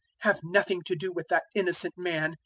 have nothing to do with that innocent man,